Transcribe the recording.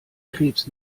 krebs